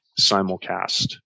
simulcast